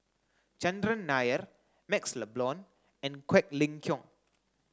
Chandran Nair MaxLe Blond and Quek Ling Kiong